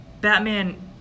Batman